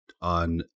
on